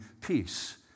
peace